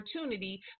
opportunity